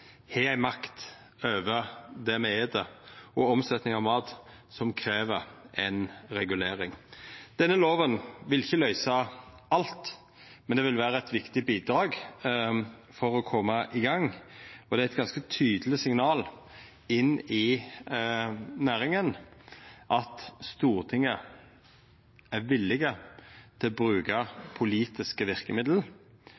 makt over det me et, og over omsetninga av mat, som krev ei regulering. Denne lova vil ikkje løysa alt, men det vil vera eit viktig bidrag for å koma i gang, og det er eit ganske tydeleg signal inn i næringa at Stortinget er villig til å bruka